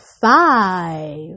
five